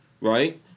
right